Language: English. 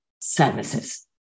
services